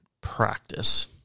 practice